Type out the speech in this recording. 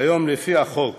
כיום, לפי החוק,